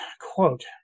quote